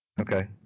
okay